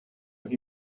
auch